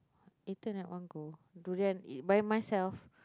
eaten at one go durian eat by myself